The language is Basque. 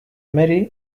mary